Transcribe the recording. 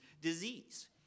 disease